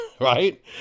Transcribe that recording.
right